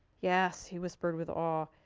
yes, he whispered with awe.